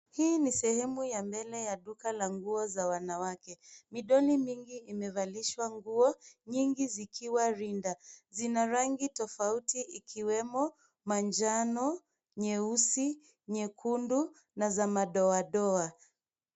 Hii ni sehemu ya mbele ya duka la nguo za wanawake. Midoli mingi imevalishwa nguo, nyingi zikiwa rinda. Zina rangi tofauti, ikiwemo manjano, nyeusi, nyekundu, na za madoadoa.